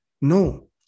No